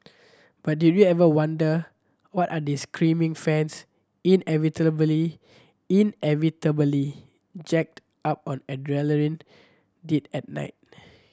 but did you ever wonder what are these creaming fans inevitably jacked up on adrenaline did at night